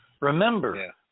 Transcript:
Remember